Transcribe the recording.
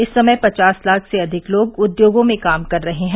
इस समय पचास लाख से अधिक लोग उद्योगों में काम कर रहे हैं